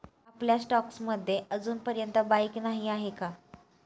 आपल्या स्टॉक्स मध्ये अजूनपर्यंत बाईक नाही आहे का?